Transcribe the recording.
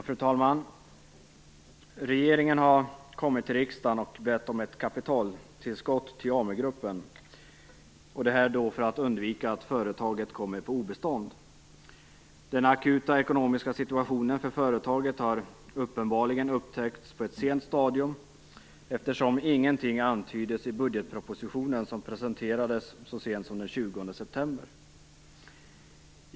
Fru talman! Regeringen har kommit till riksdagen och bett om ett kapitaltillskott till Amu-gruppen för att undvika att företaget kommer på obestånd. Den akuta ekonomiska situationen för företaget har uppenbarligen upptäckts på ett sent stadium, eftersom ingenting antyddes i budgetpropositionen, som presenterades så sent som den 20 september.